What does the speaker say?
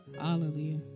Hallelujah